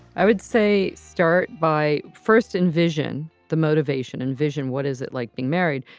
i would say start by first and vision, the motivation and vision. what is it like being married?